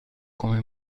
come